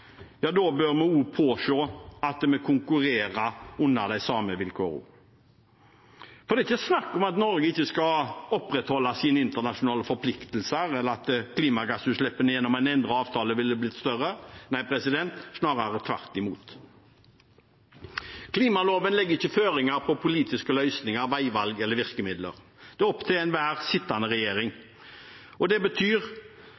da bør vi påse at vi konkurrerer under de samme vilkår, for det er ikke snakk om at Norge ikke skal opprettholde sine internasjonale forpliktelser, eller at klimagassutslippene gjennom en endret avtale ville blitt større. Nei, snarere tvert imot. Klimaloven legger ikke føringer på politiske løsninger, veivalg eller virkemidler, det er opp til enhver sittende